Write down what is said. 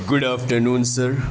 good after noon sir